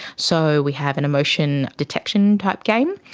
so we have an emotion detection type game.